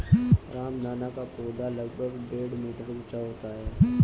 रामदाना का पौधा लगभग डेढ़ मीटर ऊंचा होता है